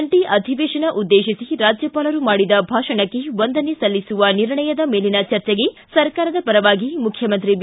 ಜಂಟ ಅಧಿವೇಶನ ಉದ್ದೇಶಿಸಿ ರಾಜ್ಯಪಾಲರು ಮಾಡಿದ ಭಾಷಣಕ್ಕೆ ವಂದನೆ ಸಲ್ಲಿಸುವ ನಿರ್ಣಯದ ಮೇಲಿನ ಚರ್ಚೆಗೆ ಸರ್ಕಾರದ ಪರವಾಗಿ ಮುಖ್ಣಮಂತ್ರಿ ಬಿ